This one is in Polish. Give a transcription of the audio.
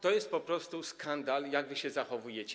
To jest po prostu skandal, jak wy się zachowujecie.